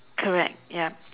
correct ya